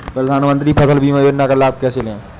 प्रधानमंत्री फसल बीमा योजना का लाभ कैसे लें?